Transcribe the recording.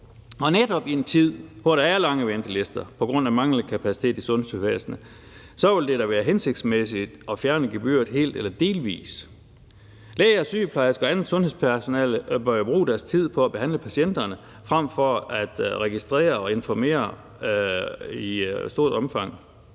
netop i en tid, hvor der er lange ventelister på grund af manglende kapacitet i sundhedsvæsenet, ville det da være hensigtsmæssigt at fjerne gebyret helt eller delvis. Læger, sygeplejersker og andet sundhedspersonale bør jo bruge deres tid på at behandle patienterne frem for at registrere og informere i stort omfang.